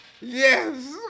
Yes